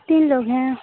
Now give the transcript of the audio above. तीन लोग हैं